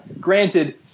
granted